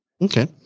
okay